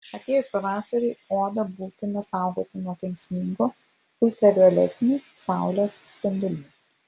atėjus pavasariui odą būtina saugoti nuo kenksmingų ultravioletinių saulės spindulių